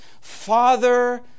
Father